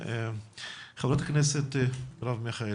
חברת הכנסת מרב מיכאלי,